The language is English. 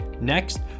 Next